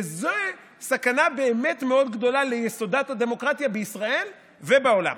וזו סכנה באמת מאוד גדולה ליסודות הדמוקרטיה בישראל ובעולם.